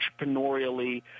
entrepreneurially